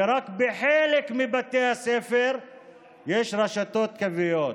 ורק בחלק מבתי הספר יש רשתות קוויות.